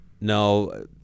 No